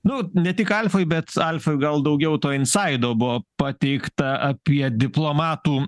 nu ne tik alfoj bet alfoj gal daugiau to insaido buvo pateikta apie diplomatų